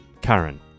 Karen